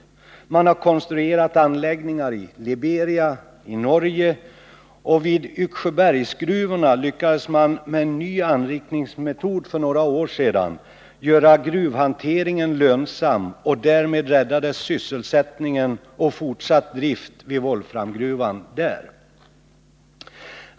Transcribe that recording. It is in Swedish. Man har konstruerat anläggningar i Liberia och i Norge. Vid Yxsjöbergsgruvorna lyckades man för några år sedan att med en ny anrikningsmetod göra gruvhanteringen lönsam, och därmed räddades sysselsättningen och fortsatt drift vid volframgruvan där.